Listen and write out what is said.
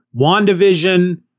WandaVision